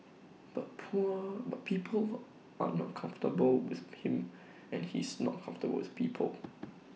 but poor but people are not comfortable with him and he's not comfortable with people